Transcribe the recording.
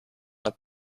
het